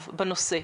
בנושא?